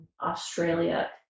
Australia